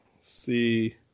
see